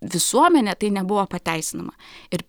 visuomenė tai nebuvo pateisinama ir